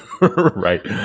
right